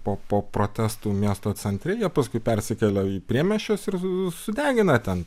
po po protestų miesto centre jie paskui persikelia į priemiesčius ir sudegina ten